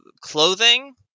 clothing